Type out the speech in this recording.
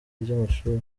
ry’amashuri